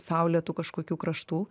saulėtų kažkokių kraštų